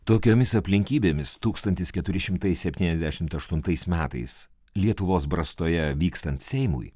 tokiomis aplinkybėmis tūkstantis keturi šimtai septyniasdešimt aštuntais metais lietuvos brastoje vykstant seimui